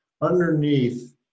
underneath